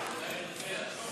נא להרים את היד.